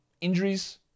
Injuries